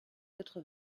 quatre